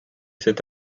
cet